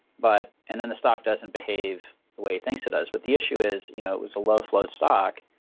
but and then the stock doesn't behave the way he thinks it does. but the issue is you know it was a low float stock,